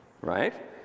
Right